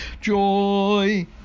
Joy